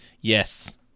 yes